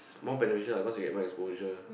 more beneficial lah cause you get more exposure